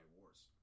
Wars